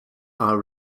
are